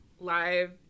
live